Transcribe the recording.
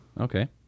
Okay